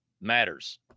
matters